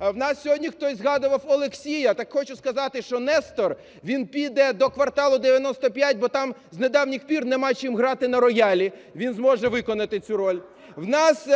У нас сьогодні хтось згадував Олексія. Так хочу сказати, що, Нестор, він піде до "Кварталу 95", бо там з недавніх пір нема чим грати на роялі, він зможе виконати цю роль. У нас